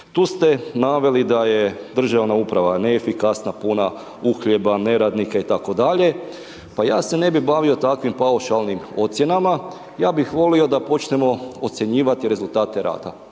Tu ste navali da je državna uprava neefikasna, puna uhljeba, neradnika, itd. pa ja se ne bi bavio takvim paušalnim ocjenama, ja bih volio da počnemo ocjenjivati rezultate rada.